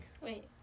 Wait